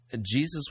Jesus